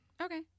Okay